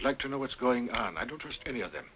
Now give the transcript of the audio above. like to know what's going on i don't trust any of them